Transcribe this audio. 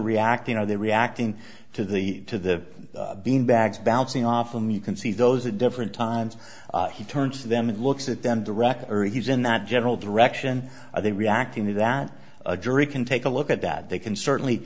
reacting are they reacting to the to the beanbags bouncing off them you can see those at different times he turns to them and looks at them directly he's in that general direction are they reacting to that a jury can take a look at that they can certainly